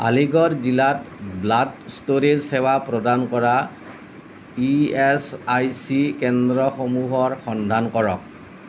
আলিগড় জিলাত blood storage সেৱা প্ৰদান কৰা ইএচআইচি কেন্দ্ৰসমূহৰ সন্ধান কৰক